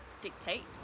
dictate